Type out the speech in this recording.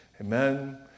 Amen